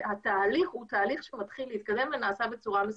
התהליך הוא תהליך שמתחיל להתקדם ונעשה בצורה מסודרת.